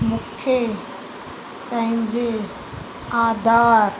मूंखे पंहिंजे आधार